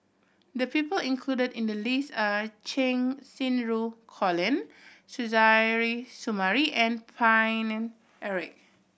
the people included in the list are Cheng Xinru Colin Suzairhe Sumari and Paine Eric